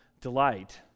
delight